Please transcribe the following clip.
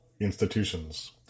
Institutions